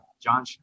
John